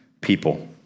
people